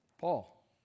Paul